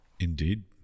Indeed